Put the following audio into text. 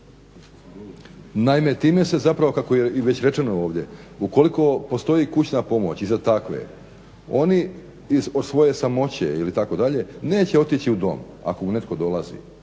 Naime, time se zapravo kako je i već rečeno ovdje ukoliko postoji kućna pomoć i za takve oni od svoje samoće ili tako dalje neće otići u dom, ako mu netko dolazi